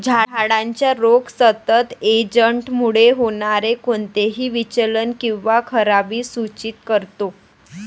झाडाचा रोग सतत एजंटमुळे होणारे कोणतेही विचलन किंवा खराबी सूचित करतो